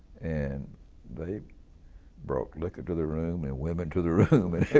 and they brought liquor to the room, and women to the room and